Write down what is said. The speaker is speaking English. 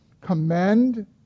commend